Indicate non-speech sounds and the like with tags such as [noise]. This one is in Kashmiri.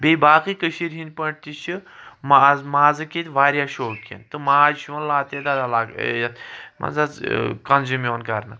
بییٚہ باقی کشیرِ ہندۍ پٲٹھۍ تہِ چھ ماز مازٕکۍ ییٚتہِ واریاہ شوقیٖن تہٕ ماز چھ یوان لاتعداد علا [unintelligible] کنزیوم یِوان کرنہٕ